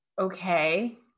Okay